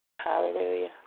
Hallelujah